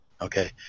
Okay